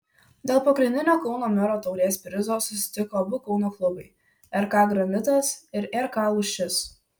dėl pagrindinio kauno mero taurės prizo susitiko abu kauno klubai rk granitas ir rk lūšis